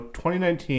2019